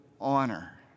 honor